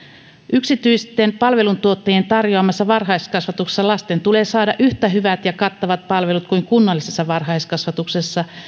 yksityisten palveluntuottajien tarjoamassa varhaiskasvatuksessa lasten tulee saada yhtä hyvät ja kattavat palvelut kuin kunnallisessa varhaiskasvatuksessa